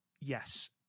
yes